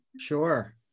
sure